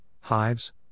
hives